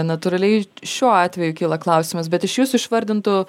natūraliai šiuo atveju kyla klausimas bet iš jūsų išvardintų